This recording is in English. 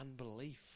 unbelief